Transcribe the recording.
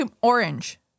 orange